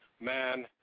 Man